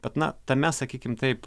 bet na tame sakykim taip